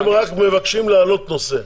הם רק מבקשים להעלות נושא,